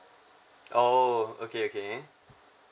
oh okay okay